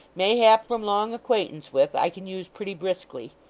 mayhap from long acquaintance with, i can use pretty briskly.